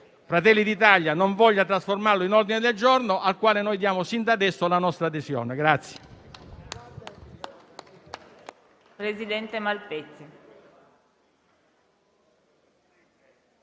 Fratelli d'Italia non voglia trasformarlo in un ordine del giorno al quale diamo sin da adesso la nostra adesione.